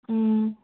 ꯎꯝ